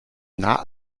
not